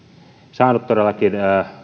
saanut todellakin